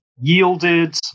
yielded